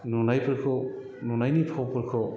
नुनायफोरखौ नुनायनि फावफोरखौ